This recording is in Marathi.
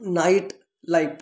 नाइटलाइफ